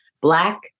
black